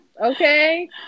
okay